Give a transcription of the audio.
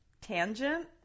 tangent